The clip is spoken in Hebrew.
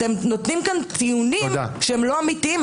אתם נותנים כאן ציונים שהם לא אמיתיים,